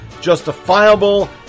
justifiable